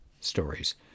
stories